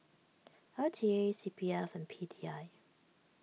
L T A C P F and P D I